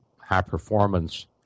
high-performance